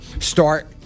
start